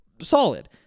Solid